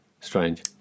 Strange